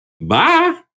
Bye